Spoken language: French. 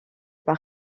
par